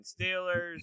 Steelers